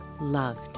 loved